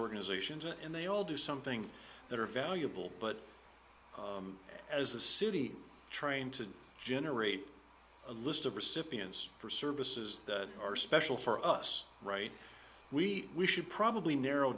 organizations and they all do something that are valuable but as a city trying to generate a list of recipients for services that are special for us right we should probably narrow